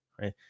Right